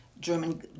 German